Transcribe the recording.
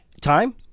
Time